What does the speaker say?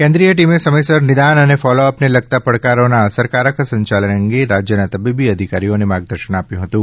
કેન્દ્રિય ટીમે સમયસર નિદાન અને ફોલોઅપને લગતા પડકારોના અસરકારક સંયાલન અંગે રાજ્યના તબીબી અધિકારીઓને માર્ગદર્શન આપ્યું હતું